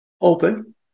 open